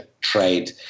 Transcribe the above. trade